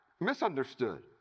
Misunderstood